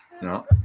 No